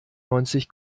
neunzig